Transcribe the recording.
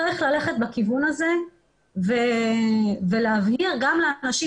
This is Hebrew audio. צריך ללכת בכיוון הזה ולהבהיר גם לאנשים